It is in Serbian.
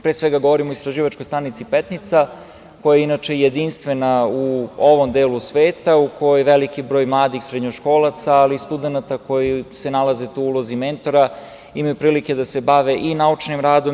Pre svega, govorim o istraživačkoj stanici „Petnica“ koja je inače jedinstvena u ovom delu sveta, u kojoj veliki broj mladih srednjoškolaca, ali i studenata koji se nalaze u ulozi mentora imaju prilike da se bave i naučnim radom.